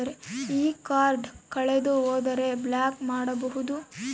ಈ ಕಾರ್ಡ್ ಕಳೆದು ಹೋದರೆ ಬ್ಲಾಕ್ ಮಾಡಬಹುದು?